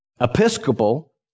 Episcopal